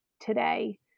today